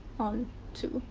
on to.